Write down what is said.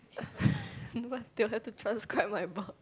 but they will have to transcribe my burp